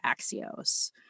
Axios